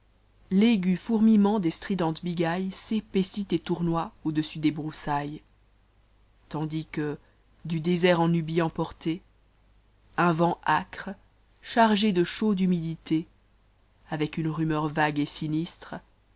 nopals l'aigu fourmillement des stridentes bigaylles s'épaissit et tournoie au-dessus des broussailles tandis que du désert en nabie emporté un vent acre chargé de chaude humidité avec une rumeur tagae et sinistre